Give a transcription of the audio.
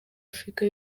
afurika